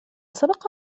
سبق